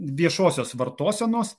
viešosios vartosenos